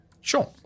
Sure